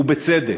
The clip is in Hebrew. ובצדק.